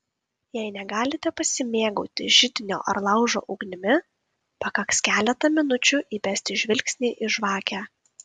jei negalite pasimėgauti židinio ar laužo ugnimi pakaks keletą minučių įbesti žvilgsnį į žvakę